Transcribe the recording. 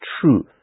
truth